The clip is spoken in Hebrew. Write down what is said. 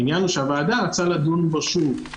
העניין הוא שהוועדה רצתה לדון בו שוב,